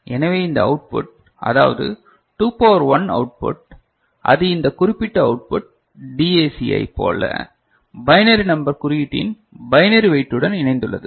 எனவே இந்த அவுட்புட் அதாவது 2 பவர் 1 அவுட் புட் இது அந்தக் குறிப்பிட்ட அவுட்புட் டிஏசியைப் போல பைனரி நம்பர் குறியீட்டின் பைனரி வெய்ட்டுடன் இணைந்துள்ளது